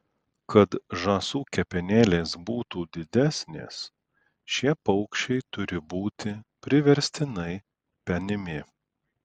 kad žąsų kepenėlės būtų didesnės šie paukščiai turi būti priverstinai penimi